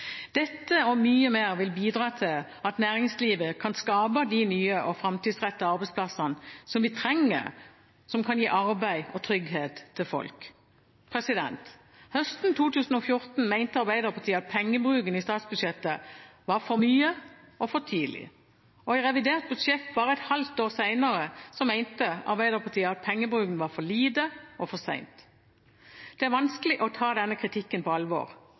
Dette og mye mer vil bidra til at næringslivet kan skape de nye og framtidsrettede arbeidsplassene vi trenger, som kan gi arbeid og trygghet til folk. Høsten 2014 mente Arbeiderpartiet at pengebruken i statsbudsjettet var «for mye og for tidlig». I revidert budsjett bare et halvt år senere mente Arbeiderpartiet at pengebruken var «for lite og for sent». Det er vanskelig å ta denne kritikken på alvor.